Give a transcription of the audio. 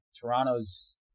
Toronto's